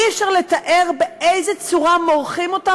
אי-אפשר לתאר באיזו צורה מורחים אותן